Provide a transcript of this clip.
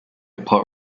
plot